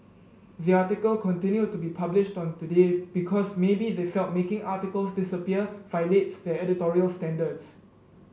the article continued to be published on Today because maybe they felt making articles disappear violates their editorial standards